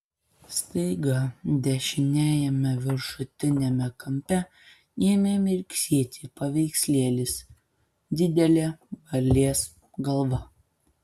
staiga dešiniajame viršutiniame kampe ėmė mirksėti paveikslėlis didelė varlės galva